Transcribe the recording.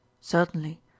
Certainly